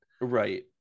right